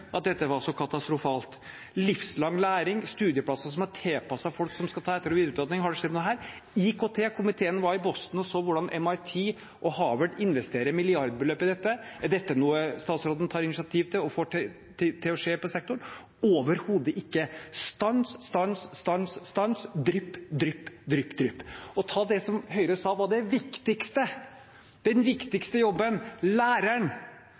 at dette var så katastrofalt. Livslang læring, studieplasser som er tilpasset folk som skal ta etter- og videreutdanning – har det skjedd noe her? Med tanke på IKT: Komiteen var i Boston og så hvordan MIT og Harvard investerer millionbeløp i dette. Er dette noe statsråden tar initiativ til og får til å skje i sektoren? Overhodet ikke! Stans, stans, stans, stans. Drypp, drypp, drypp, drypp. Og for å ta det som Høyre sa var det viktigste, den viktigste jobben, nemlig læreren: